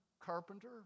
carpenter